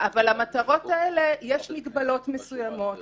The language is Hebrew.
אבל למטרות האלה יש מגבלות מסוימות,